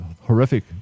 horrific